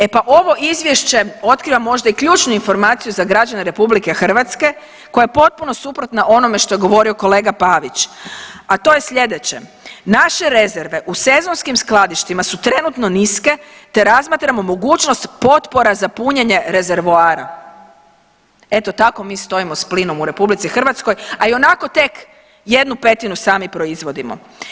E pa ovo izvješće otkriva možda i ključnu informaciju za građene RH koja je potpuno suprotna onome što je govorio kolega Pavić, a to je sljedeće, „naše rezerve u sezonskim skladištima su trenutno niske te razmatramo mogućnost potpora za punjenje rezervoara“, eto tako mi stojimo s plinom u RH, a i onako tek jednu petinu sami proizvodimo.